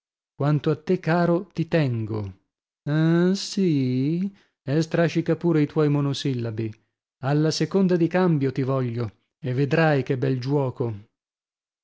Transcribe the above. quanto a te caro ti tengo ah sì e strascica pure i tuoi monosillabi alla seconda di cambio ti voglio e vedrai che bel giuoco